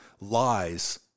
lies